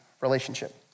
relationship